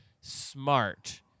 smart